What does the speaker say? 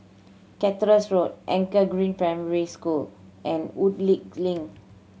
Cactus Road Anchor Green Primary School and Woodleigh Link